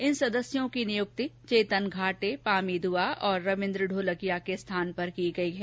इन सदस्यों की नियुक्ति चेतन घाटे पामी दुआ और रविन्द्र ढोलकिया के स्थान पर की गई है